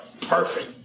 perfect